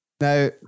Now